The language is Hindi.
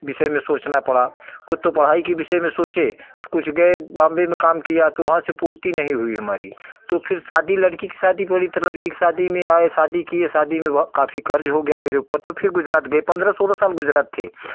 विषय में सोचना पड़ा खुद तो पढ़ाई के विषय में सोचे कुछ गए बॉम्बे में काम किया तो वहाँ से पूर्ति नहीं हुई हमारी तो फिर शादी लड़की की शादी करी तो लड़की की शादी में आए शादी की शादी में वा काफ़ी कर्ज हो गया मेरे ऊपर तो फिर गुजरात गए पन्द्रह सोलह साल गुजरात थे